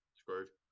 screwed